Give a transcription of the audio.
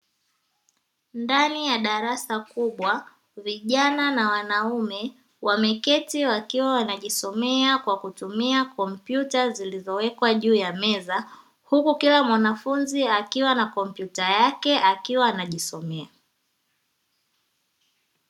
Ndani ya darasa kubwa, vijana na wanaume wameketi wakiwa wanajisomea kwa kutumia kompyuta zilizowekwa juu ya meza, huku kila mwanafunzi akiwa na kompyuta yake akiwa anajisomea.